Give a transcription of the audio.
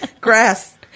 Grass